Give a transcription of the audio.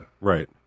Right